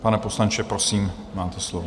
Pane poslanče, prosím, máte slovo.